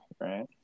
Right